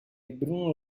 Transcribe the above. bruno